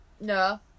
No